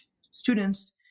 students